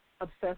obsessed